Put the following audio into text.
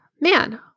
man